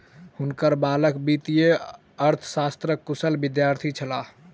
हुनकर बालक वित्तीय अर्थशास्त्रक कुशल विद्यार्थी छलाह